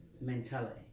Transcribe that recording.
mentality